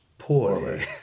Poorly